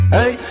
Hey